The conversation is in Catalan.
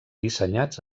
dissenyats